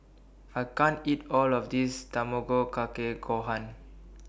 I can't eat All of This Tamago Kake Gohan